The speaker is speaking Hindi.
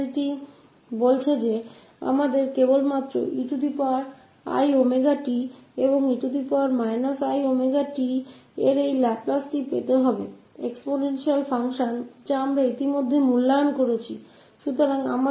फिर से यह linearity केहती है हमें ा 𝑒𝑖𝜔𝑡 और 𝑒−𝑖𝜔𝑡 लाप्लास चाहिए exponential function जो हम पहले निकल चुके है